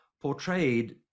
portrayed